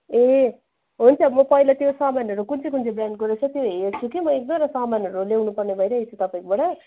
ए हुन्छ म पहिला त्यो सामानहरू कुन चाहिँ कुन चाहिँ ब्रान्डको रहेछ त्यो हेर्छु कि म एक दुईवटा सामानहरू ल्याउनु पर्ने बेला भइरहेको छ तपाईँकोबाट